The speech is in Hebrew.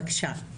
בבקשה.